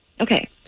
okay